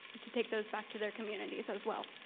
to take those back to their communities as well.